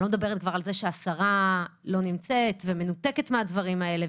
אני לא מדברת על זה שהשרה לא נמצאת ומנותקת מהדברים האלה,